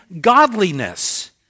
godliness